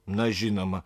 na žinoma